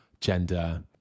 gender